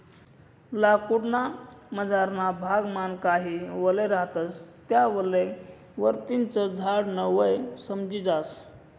लाकूड ना मझारना भाग मान काही वलय रहातस त्या वलय वरतीन च झाड न वय समजी जास